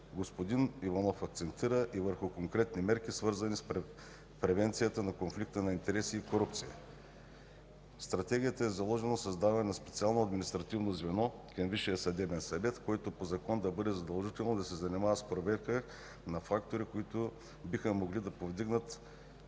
Господин Иванов акцентира и върху конкретни мерки, свързани с превенцията на конфликта на интереси и корупцията. В стратегията е заложено създаване на специално административно звено към Висшия съдебен съвет, което по закон да бъде задължено да се занимава с проверка на фактори, които биха могли да повдигнат